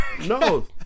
No